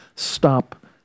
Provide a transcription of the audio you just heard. Stop